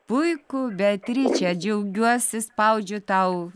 puiku beatriče džiaugiuosi spaudžia tau